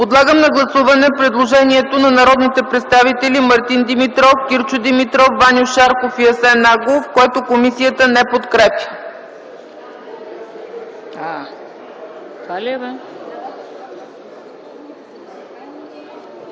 Подлагам на гласуване предложението на народни представители Мартин Димитров, Кирчо Димитров, Ваньо Шарков и Асен Агов, което комисията не подкрепя